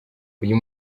uyu